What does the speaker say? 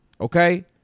Okay